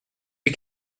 ces